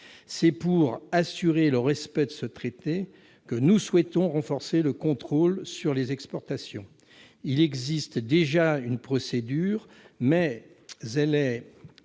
C'est pour assurer le respect de ce traité que nous souhaitons renforcer le contrôle sur les exportations. Il existe déjà une procédure, mais celle-ci